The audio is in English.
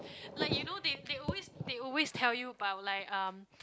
like you know they they always they always tell you about like um